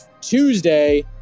Tuesday